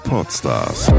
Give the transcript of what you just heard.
Podstars